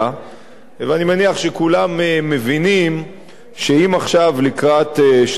ואני מניח שכולם מבינים שאם עכשיו לקראת שנת הבחירות,